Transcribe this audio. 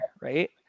right